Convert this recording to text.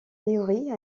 théorie